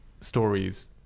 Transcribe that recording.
stories